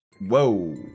Whoa